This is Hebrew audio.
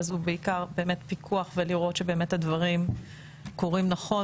אז הוא בעיקר פיקוח ולראות שבאמת הדברים קורים נכון